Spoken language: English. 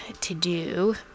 to-do